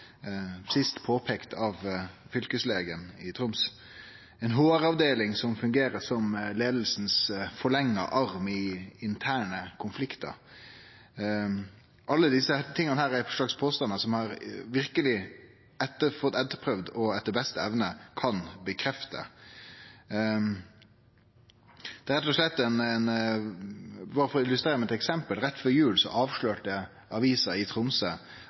sist påpeikt av fylkeslegen i Troms, og ei HR-avdeling som fungerer som leiingas forlenga arm i interne konfliktar. Alt dette er påstandar som eg verkeleg har forsøkt å etterprøve og etter beste evne kan bekrefte. Berre for å illustrere med eit eksempel: Rett før jul